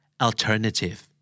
Alternative